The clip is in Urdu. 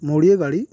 موڑیے گاڑی